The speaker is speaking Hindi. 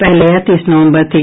पहले यह तीस नवम्बर थी